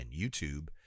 youtube